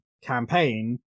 campaign